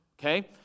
Okay